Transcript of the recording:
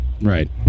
Right